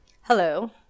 Hello